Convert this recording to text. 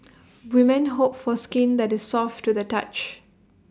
women hope for skin that is soft to the touch